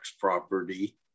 property